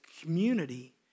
community